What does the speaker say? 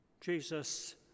Jesus